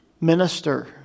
minister